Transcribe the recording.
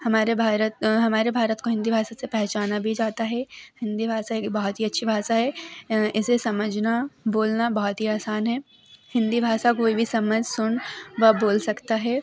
हमारे भारत हमारे भारत को हिन्दी भाषा से पहेचाना भी जाता है हिन्दी भाषा एक बहुत ही अच्छी भाषा है इसे समझना बोलना बहुत ही आसान है हिन्दी भाषा कोई भी समझ सुन व बोल सकता है